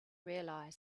realized